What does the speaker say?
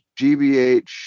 GBH